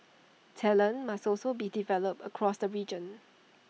talent must also be developed across the region